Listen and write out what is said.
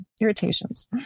irritations